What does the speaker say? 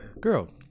girl